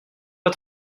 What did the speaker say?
pas